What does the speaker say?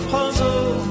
puzzle